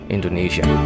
Indonesia